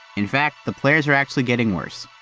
in fact, the players are actually getting worse.